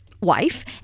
wife